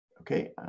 Okay